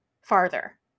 farther